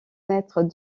mètres